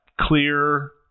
clear